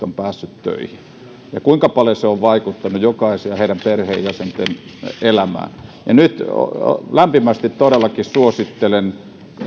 on päässyt töihin ja kuinka paljon se on vaikuttanut jokaisen ja heidän perheenjäsentensä elämään lämpimästi todellakin suosittelen